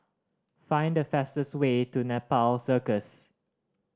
find the fastest way to Nepal Circus